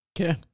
Okay